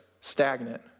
stagnant